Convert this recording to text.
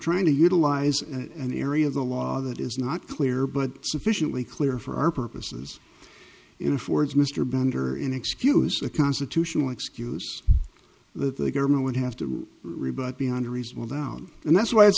trying to utilize an area of the law that is not clear but sufficiently clear for our purposes it affords mr bender in excuse the constitutional excuse that the government would have to rebut beyond reasonable doubt and that's why it's